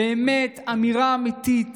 באמת, אמירה אמיתית